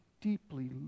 deeply